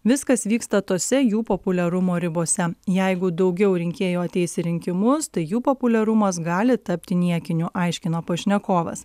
viskas vyksta tose jų populiarumo ribose jeigu daugiau rinkėjų ateis į rinkimus tai jų populiarumas gali tapti niekiniu aiškino pašnekovas